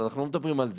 אנחנו לא מדברים על זה.